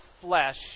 flesh